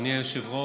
אדוני היושב-ראש,